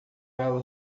ela